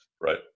right